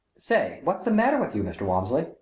say, what's the matter with you, mr. walmsley?